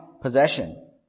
possession